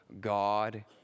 God